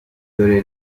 dore